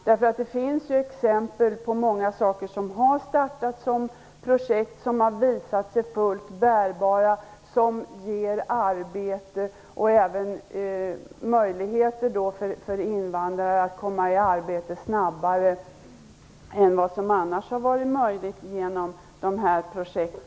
Det finns ju många saker som har startat som projekt som har visat sig fullt bärkraftiga, som har givit arbete och även möjligheter för invandrare att snabbare komma i arbete än vad som annars hade varit möjligt.